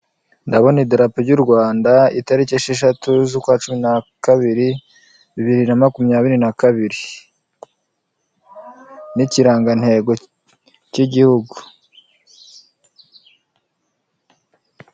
Ndabona idarapo ry'u Rwanda itariki esheshatu z'ukwa cumi na kabiri, bibiri na makumyabiri na kabiri, n'ikirangantego cy'igihugu.